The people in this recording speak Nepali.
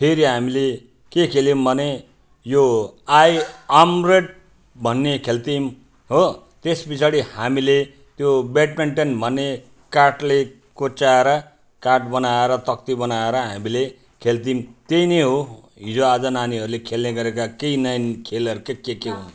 फेरि हामीले के खेल्यौँ भने यो आई एमराइट भन्ने खेल्थ्यौँ हो त्यसपछाडी हामीले त्यो ब्याडमिन्टन भन्ने काठले कोच्याएर काठ बनाएर तक्ति बनाएर हामीले खेल्थ्यौँ त्यही नै हो हिजोआज नानीहरूले खेल्ने गरेका केही नयाँ खेलहरू के के के हुन्